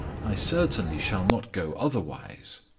i certainly shall not go otherwise.